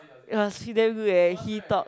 it was he damn good eh he talked